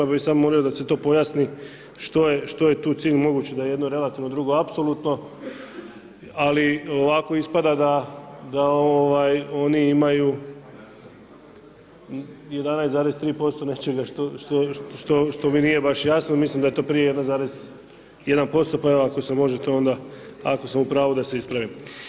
Ja bi samo molio da se to pojasni, što je tu cilj mogući, da je jedno relativno, drugo apsolutno, ali ovako ispada da oni imaju 11,3% nečega što mi nije baš jasno mislim da je to prije 1,1% pa evo ako se možete onda, ako sam u pravu da se ispravim.